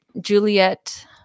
Juliet